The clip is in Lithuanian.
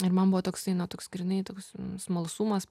ir man buvo toksai na toks grynai toks smalsumas